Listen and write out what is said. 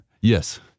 Yes